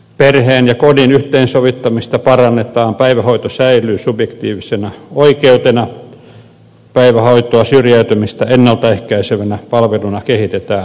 perheen ja työn yhteensovittamista parannetaan päivähoito säilyy subjektiivisena oikeutena päivähoitoa syrjäytymistä ennalta ehkäisevänä palveluna kehitetään ja niin edelleen